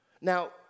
Now